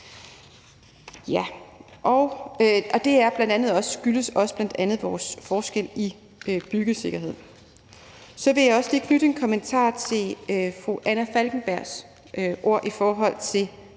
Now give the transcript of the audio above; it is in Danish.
og det skyldes bl.a. også vores forskel i byggesikkerhed. Så vil jeg også lige knytte en kommentar til fru Anna Falkenbergs ord i forhold til